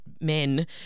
men